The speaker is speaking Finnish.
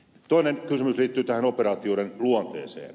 toinen kysymys liittyy tähän operaatioiden luonteeseen